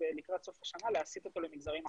לקראת סוף השנה להסיט אותו למגזרים אחרים.